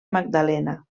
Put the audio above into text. magdalena